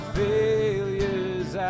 failures